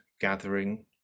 gathering